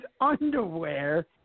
underwear